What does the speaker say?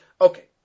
Okay